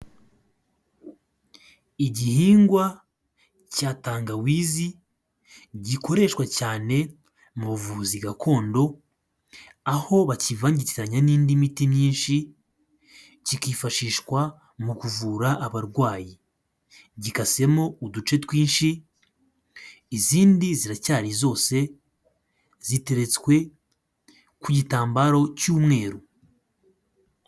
Igihingwa cya tangawizi gikoreshwa cyane mu buvuzi gakondo aho bakivangitiranya n'indi miti myinshi kikifashishwa mu kuvura abarwayi. Gikasemo uduce twinshi, izindi ziracyari zose ziteretswe ku gitambaro cy'umweru.